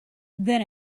than